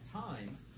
times